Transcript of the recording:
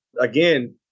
again